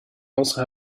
also